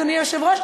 אדוני היושב-ראש,